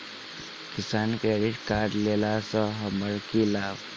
किसान credit card लेला सऽ हमरा की लाभ?